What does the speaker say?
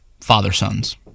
father-sons